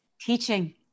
Teaching